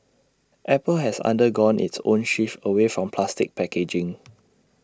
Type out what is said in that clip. apple has undergone its own shift away from plastic packaging